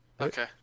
okay